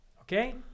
okay